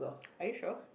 are you sure